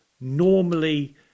normally